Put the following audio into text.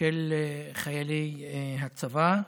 של חיילי הצבא.